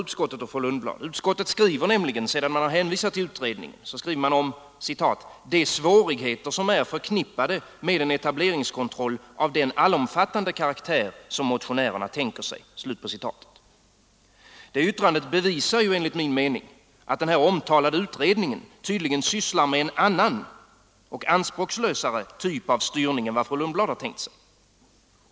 Utskottet skriver nämligen, sedan man hänvisat till utredningen, om ”de svårigheter som är förknippade med en etableringskontroll av den allomfattande karaktär som motionärerna tänker sig”. Det yttrandet bevisar enligt min mening att den omtalade utredningen sysslar med en annan och anspråkslösare typ av styrning än vad fru Lundblad har tänkt sig.